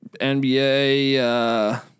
NBA